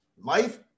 life